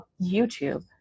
YouTube